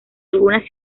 algunas